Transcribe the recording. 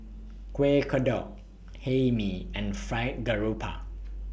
Kueh Kodok Hae Mee and Fried Garoupa